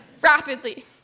rapidly